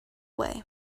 way